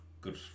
good